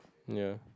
ya